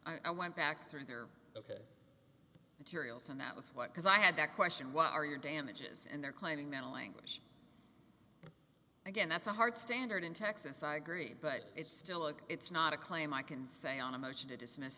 i went back through their ok materials and that was what because i had that question what are your damages and they're claiming mental anguish again that's a hard standard in texas i agree but it's still a it's not a claim i can say on a motion to dismiss